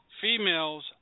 females